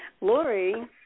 Lori